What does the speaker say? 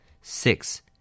Six